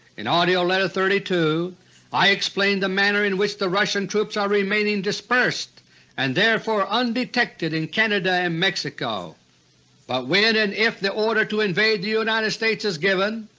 in audio letter no. thirty two i explained the manner in which the russian troops are remaining dispersed and therefore undetected in canada and mexico but when and and if the order to invade the united states is given,